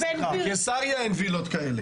בקיסריה אין וילות כאלה.